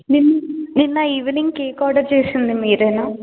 నిన్ నిన్న evening cake order చేసింది మీరేనా